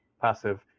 passive